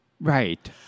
Right